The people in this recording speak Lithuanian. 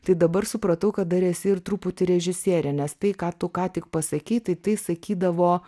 tai dabar supratau kad dar esi ir truputį režisierė nes tai ką tu ką tik pasakei tai tai sakydavo